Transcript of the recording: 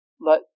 let